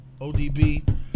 ODB